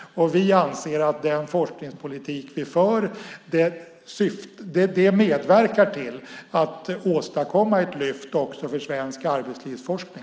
Vi anser att den forskningspolitik vi för medverkar till att åstadkomma ett lyft också för svensk arbetslivsforskning.